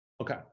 Okay